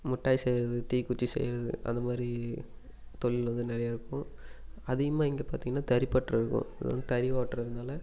மிட்டாய் செய்கிறது தீக்குச்சி செய்கிறது அந்த மாதிரி தொழில் வந்து நிறையா இருக்கும் அதிகமாக இங்கே பார்த்தீங்கன்னா தறிப்பட்டற இருக்கும் இங்கே வந்து தறி ஓட்டுறதுனால